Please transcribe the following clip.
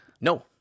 No